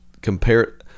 compare